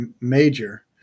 major